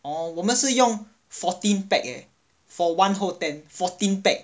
oh 我们是用 fourteen peg eh for one whole tent fourteen peg